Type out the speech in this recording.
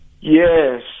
Yes